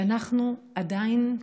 שאנחנו עדיין,